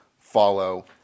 Follow